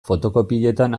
fotokopietan